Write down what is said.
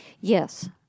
Yes